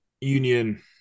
Union